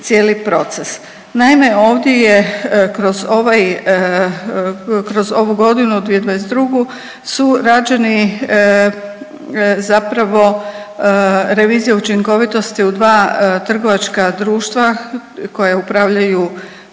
Naime, ovdje je kroz ovaj kroz ovu godinu 2022. su rađeni zapravo revizija učinkovitosti u dva trgovačka društva koja upravljaju